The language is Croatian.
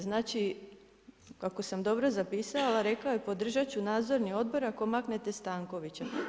Znači, ako sam dobro zapisala rekao je podržat ću Nadzorni odbor ako maknete Stankovića.